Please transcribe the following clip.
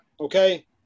okay